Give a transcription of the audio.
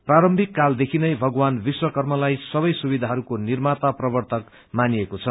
प्रारम्भिक काल देखिनै भगवान विश्वाकर्मालाई सबै सुविधाहरूको निम्प्रता प्रर्वतक मानिएको छ